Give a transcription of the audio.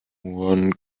one